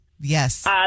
Yes